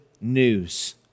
news